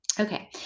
Okay